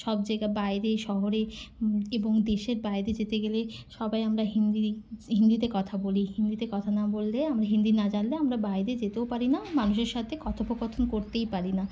সব জায়গা বাইরে শহরে এবং দেশের বাইরে যেতে গেলে সবাই আমরা হিন্দি হিন্দিতে কথা বলি হিন্দিতে কথা না বললে আমরা হিন্দি না জানলে আমরা বাইরে যেতেও পারি না মানুষের সাথে কথপোকথন করতেই পারি না